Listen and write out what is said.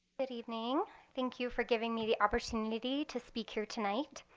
good evening. thank you for giving me the opportunity to speak here tonight.